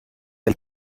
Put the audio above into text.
elle